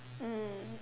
mm